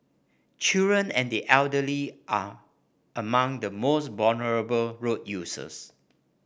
children and the elderly are among the most vulnerable road users